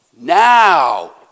Now